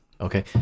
okay